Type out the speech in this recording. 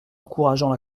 encourageant